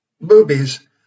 boobies